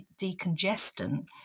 decongestant